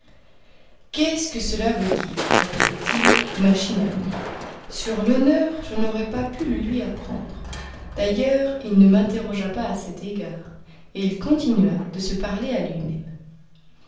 qu'est-ce que cela veut dire répétait-il machinalement sur l'honneur je n'aurais pas pu le lui apprendre d'ailleurs il ne m'interrogea pas à cet égard et il continua de se parler à lui-même